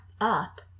up